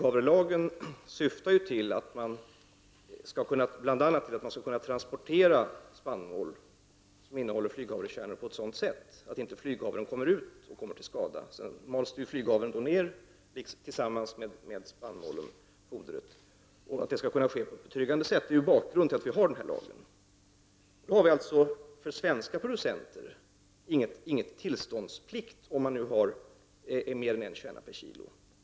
Herr talman! Flyghavrelagen syftar bl.a. till att spannmål som innehåller flyghavrekärnor skall transporteras på sådant sätt att inte flyghavren kommer ut och vållar skada. Sedan måste flyghavren hanteras tillsammans med spannmålen eller fodret, och att det skall kunna ske på betryggande sätt är bakgrunden till att vi har den här lagen. För svenska producenter har vi ingen tillståndsplikt om spannmålen innehåller mer än en kärna flyghavre per kilo.